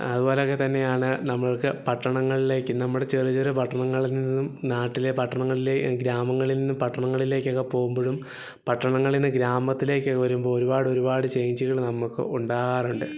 അതുപോലൊക്കെ തന്നെയാണ് നമ്മൾക്ക് പട്ടണങ്ങളിലേക്ക് നമ്മുടെ ചെറിയ ചെറിയ പട്ടണങ്ങളിൽ നിന്നും നാട്ടിലെ പട്ടണങ്ങളിലെ ഗ്രാമങ്ങളിൽ നിന്ന് പട്ടണങ്ങളിലേക്കൊക്കെ പോവുമ്പോഴും പട്ടണങ്ങളിൽ നിന്ന് ഗ്രാമത്തിലേക്ക് വരുമ്പോള് ഒരുപാട് ഒരുപാട് ചേഞ്ചുകള് നമ്മള്ക്ക് ഉണ്ടാകാറുണ്ട്